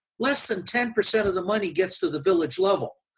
less than ten percent of the money gets to the village level.